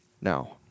now